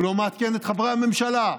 הוא לא מעדכן את חברי הממשלה.